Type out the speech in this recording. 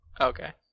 Okay